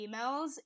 emails